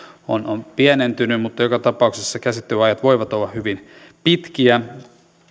on on pienentynyt mutta joka tapauksessa käsittelyajat voivat olla hyvin pitkiä